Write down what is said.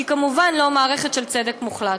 שהיא כמובן לא מערכת של צדק מוחלט.